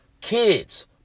Kids